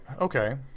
okay